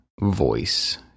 voice